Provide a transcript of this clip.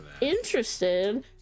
interested